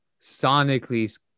sonically